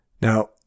Now